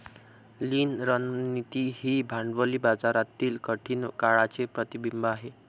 लीन रणनीती ही भांडवली बाजारातील कठीण काळाचे प्रतिबिंब आहे